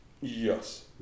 Yes